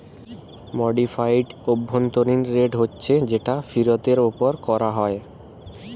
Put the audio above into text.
modified অভ্যন্তরীণ rate হচ্ছে যেটা ফিরতের উপর কোরা হয়